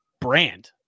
brand